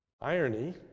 irony